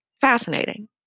fascinating